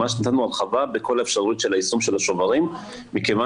ממש נתנו הרחבה בכל האפשרויות של יישום השוברים מכיוון